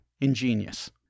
Ingenious